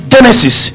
Genesis